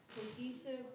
cohesive